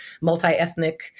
multi-ethnic